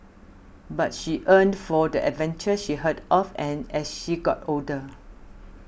but she yearned for the adventures she heard of and as she got older